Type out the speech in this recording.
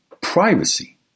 privacy